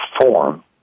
form